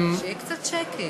שיהיה קצת שקט.